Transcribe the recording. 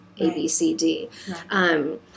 ABCD